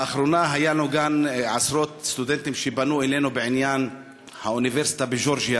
באחרונה היו גם עשרות סטודנטים שפנו אלינו בעניין האוניברסיטה בגאורגיה.